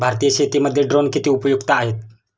भारतीय शेतीमध्ये ड्रोन किती उपयुक्त आहेत?